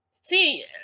See